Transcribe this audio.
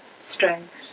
strength